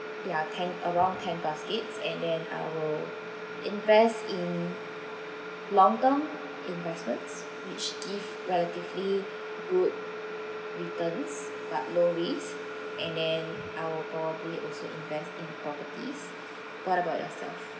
there are ten around ten baskets and then uh I will invest in long term investments which give relatively good returns but low risk and then I will probably also invest in properties what about yourself